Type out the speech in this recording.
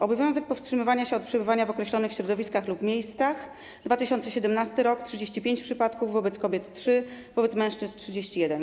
Obowiązek powstrzymywania się od przebywania w określonych środowiskach lub miejscach: w 2017 r. 35 przypadków, wobec kobiet - trzy, wobec mężczyzn - 31.